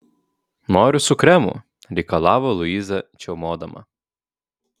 noriu su kremu reikalavo luiza čiaumodama